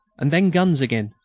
and then guns again,